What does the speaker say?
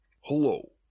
hello